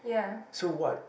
so what